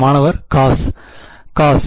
மாணவர் காஸ் காஸ்